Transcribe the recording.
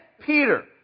Peter